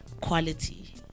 quality